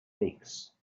peaks